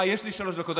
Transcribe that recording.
יש לי שלוש דקות.